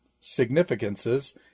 significances